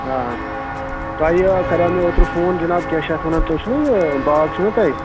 آ تۄہہِ یہِ کَریو مےٚ اوترٕ فون جِناب کیٛاہ چھِ اَتھ وَنان تُہۍ چھُوا یہِ باغ چھُو نا تۄہہِ